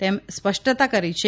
તેમ સ્પષ્ટતા કરી છે